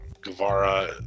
Guevara